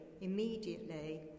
immediately